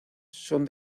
son